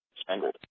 spangled